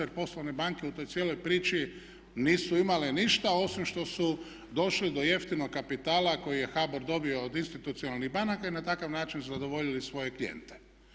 Jer poslovne banke u toj cijeloj priči nisu imale ništa osim što su došli do jeftinog kapitala koji je HBOR dobio od institucionalnih banaka i na takav način zadovoljili svoje klijente.